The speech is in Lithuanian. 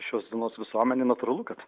šios dienos visuomenei natūralu kad